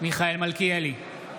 מיכאל מלכיאלי,